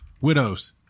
Widows